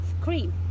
cream